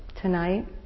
tonight